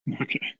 Okay